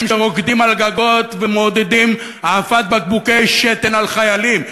גגות ומעודדים העפת בקבוקי שתן על חיילים.